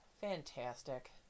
Fantastic